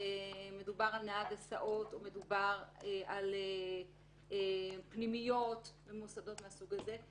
מדובר על נהג הסעות או מדובר על פנימיות או מוסדות מהסוג הזה,